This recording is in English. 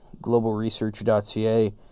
globalresearch.ca